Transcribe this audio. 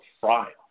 fry